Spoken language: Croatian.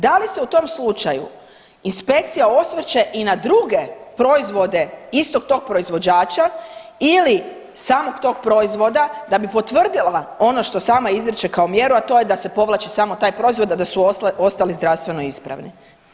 Da li se u tom slučaju inspekcija osvrće i na druge proizvode istog tog proizvođača ili samog tog proizvoda da bi potvrdila ono što sama izriče kao mjeru, a to je da se povlači samo taj proizvod, a da su ostali zdravstveno ispravni?